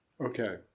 Okay